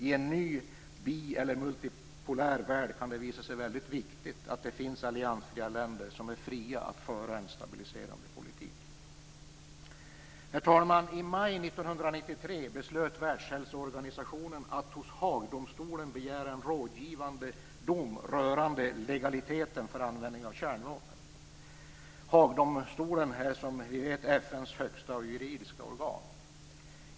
I en ny bi eller multipolär värld kan det visa sig väldigt viktigt att det finns alliansfria länder som är fria att föra en stabiliserande politik. Herr talman! I maj 1993 beslöt Världshälsoorganisationen att hos Haagdomstolen begära en rådgivande dom rörande legaliteten i användning av kärnvapen. Haagdomstolen är som vi vet FN:s högsta juridiska organ.